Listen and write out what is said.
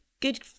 good